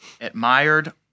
admired